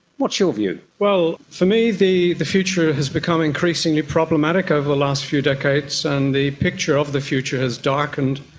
what's your view? well, for me the the future has become increasingly problematic over the last few decades, decades, and the picture of the future has darkened,